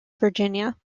virginia